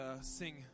sing